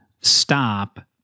stop